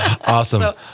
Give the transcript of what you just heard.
Awesome